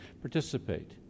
participate